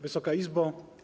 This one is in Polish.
Wysoka Izbo!